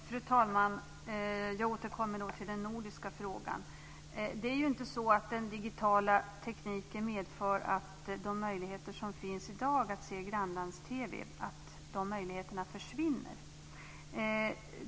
Fru talman! Jag återkommer till den nordiska frågan. Det är inte så att den digitala tekniken medför att de möjligheter som finns i dag att se grannlands-TV försvinner.